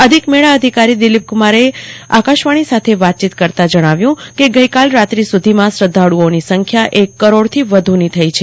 અધિક મેળા અધિકારી દિલીપકુમારે ત્રિગુલાયને આકાશવાણી સાથ વાતચીત કરતા જણાવ્યું કે ગઇકાલ રાત્રી સુધીમાં શ્રદ્વાળુઓની સંખ્યા એક કરોડથી વધુ થઇ છે